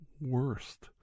worst